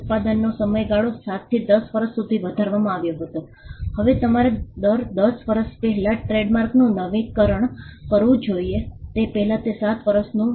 ઉત્પાદનનો સમયગાળો 7 થી 10 વર્ષ સુધી વધારવામાં આવ્યો હતો હવે તમારે દર 10 વર્ષ પહેલાં ટ્રેડમાર્કનું નવીનીકરણ કરવું જોઈએ તે પહેલાં તે 7 વર્ષ હતું